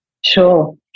Sure